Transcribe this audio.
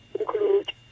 include